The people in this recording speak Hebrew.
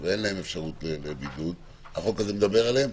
ואין להם אפשרות בידוד, החוק הזה מדבר עליהם?